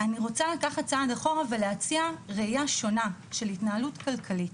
אני רוצה לקחת צעד אחורה ולהציע ראייה שונה של התנהלות כלכלית.